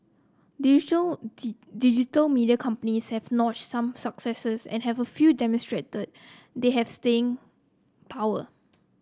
digital digital media companies have notched some successes and have a few demonstrated they have staying power